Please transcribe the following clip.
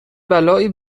بلایی